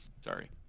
Sorry